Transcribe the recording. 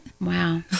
Wow